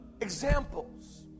examples